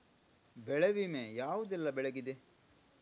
ಬೆಳೆ ವಿಮೆ ಯಾವುದೆಲ್ಲ ಬೆಳೆಗಿದೆ?